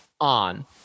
on